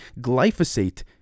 Glyphosate